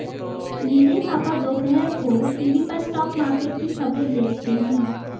मेरे पापा दोपहर को टीवी पर स्टॉक मार्केट की खबरें देखते हैं